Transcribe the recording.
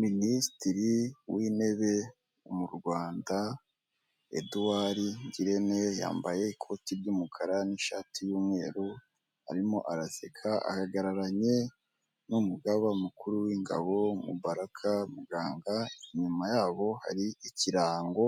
Minisitiri w'intebe mu Rwanda Eduard Ngirente yambaye ikoti ry'umukara n'ishati y'umweru arimo araseka ahagararanye n'umugaba mukuru w'ingabo Mubaraka Muganga inyuma yabo hari ikirango